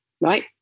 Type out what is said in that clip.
right